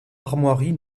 armoiries